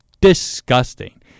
disgusting